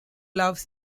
loves